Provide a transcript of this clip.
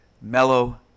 Mellow